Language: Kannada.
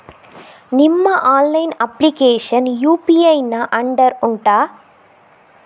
ನಿಮ್ಮ ಆನ್ಲೈನ್ ಅಪ್ಲಿಕೇಶನ್ ಯು.ಪಿ.ಐ ನ ಅಂಡರ್ ಉಂಟಾ